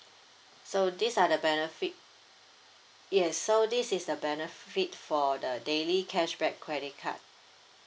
so these are the benefit yes so this is the benefit for the daily cashback credit card